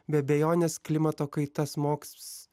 be abejonės klimato kaita smogs